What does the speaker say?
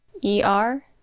E-R